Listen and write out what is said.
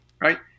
right